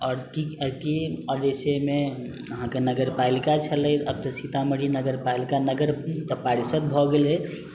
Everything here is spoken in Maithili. आओर की जाहि सबमे अहाँकेँ नगरपालिका छलै अब तऽ सीतामढ़ी नगरपालिका नगर परिषद् भए गेलै